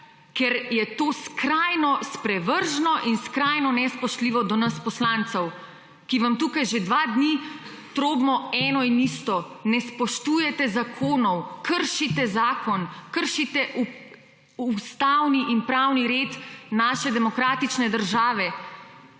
ker je to skrajno sprevrženo in skrajno nespoštljivo do nas poslancev, ki vam tukaj že dva dni trobimo eno in isto. Ne spoštujete zakonov, kršite zakon, kršite ustavni in pravni red naše demokratične države